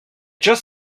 just